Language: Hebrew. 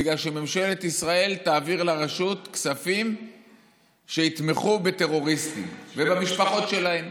בגלל שממשלת ישראל תעביר לרשות כספים שיתמכו בטרוריסטים ובמשפחות שלהם,